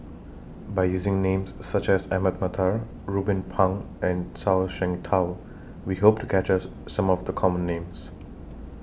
By using Names such as Ahmad Mattar Ruben Pang and Zhuang Shengtao We Hope to captures Some of The Common Names